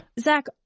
Zach